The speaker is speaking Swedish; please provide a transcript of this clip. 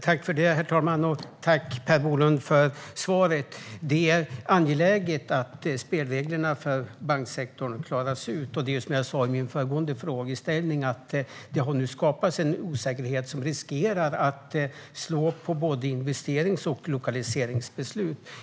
Herr talman! Tack för svaret, Per Bolund! Det är angeläget att spelreglerna för banksektorn klaras ut. Som jag sa har det nu skapats en osäkerhet som riskerar att slå på både investerings och lokaliseringsbeslut.